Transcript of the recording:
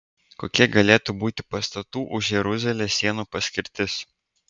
kokia galėtų būti pastatų už jeruzalės sienų paskirtis